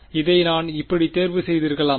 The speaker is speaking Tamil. இதை நான் இப்படி தேர்வு செய்திருக்கலாமா